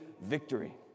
victory